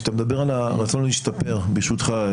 כשאתה מדבר על הרצון להשתפר ברשותך,